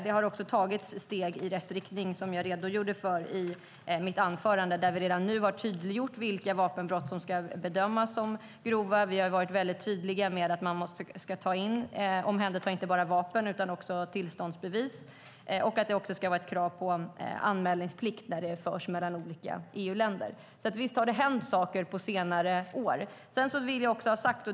Det har också tagits steg i rätt riktning, som jag redogjorde för i mitt anförande, där vi redan nu har tydliggjort vilka vapenbrott som ska bedömas som grova. Vi har varit tydliga med att man ska omhänderta inte bara vapen utan också tillståndsbevis och med att det också ska vara krav på anmälningsplikt när det förs mellan olika EU-länder. Visst har det hänt saker på senare år.